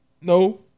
No